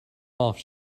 off